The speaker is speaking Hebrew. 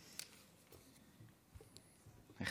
תוותר על הנאומים,